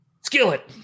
skillet